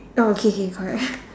oh K K correct ah